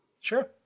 Sure